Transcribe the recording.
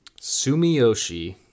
Sumiyoshi